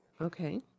Okay